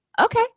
Okay